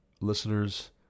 listeners